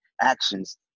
actions